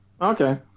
Okay